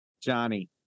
Johnny